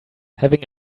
having